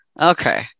Okay